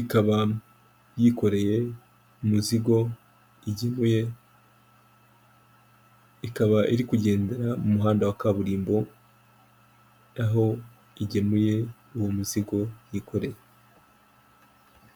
ikaba yikoreye umuzigo igemuye, ikaba iri kugendera mu muhanda wa kaburimbo, aho igemuye uwo muzigo yikoreye.